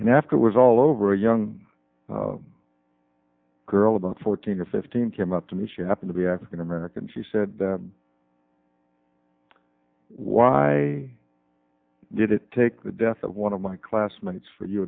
and after it was all over a young girl about fourteen or fifteen came up to me she happen to be african american she said why did it take the death of one of my classmates for you